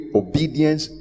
obedience